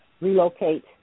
relocate